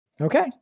Okay